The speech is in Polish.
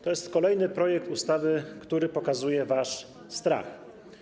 To jest kolejny projekt ustawy, który pokazuje wasz strach.